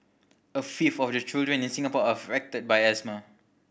a fifth of the children in Singapore are affected by asthma